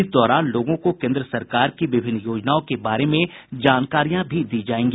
इस दौरान लोगों को केन्द्र सरकार की विभिन्न योजनाओं के बारे में जानकारियां भी दी जायेंगी